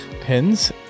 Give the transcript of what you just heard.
Pins